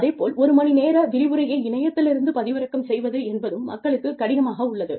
அதே போல் ஒரு மணி நேர விரிவுரையை இணையத்திலிருந்து பதிவிறக்கம் செய்வது என்பதும் மக்களுக்கு கடினம் ஆக உள்ளது